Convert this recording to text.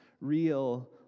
real